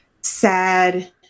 sad